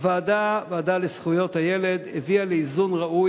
הוועדה לזכויות הילד הביאה לאיזון ראוי,